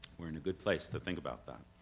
we're in a good place to think about that.